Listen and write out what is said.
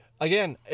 again